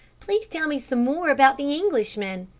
please tell me some more about the englishman,